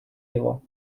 его